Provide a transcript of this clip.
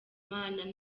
man